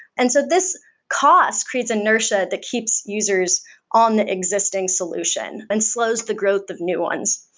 and so this cost creates inertia that keeps users on existing solution and slows the growth of new ones.